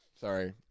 Sorry